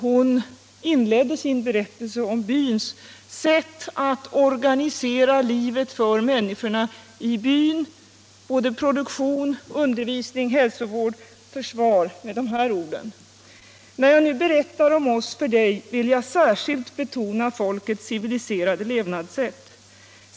Hon inledde sin berättelse om byns sätt att organisera livet för män niskorna i byn — produktion, undervisning, hälsovård, försvar — med de här orden: När jag nu berättar om oss för dig vill jag särskilt betona folkets civiliserade levnadssätt.